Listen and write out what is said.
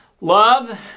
Love